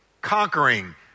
conquering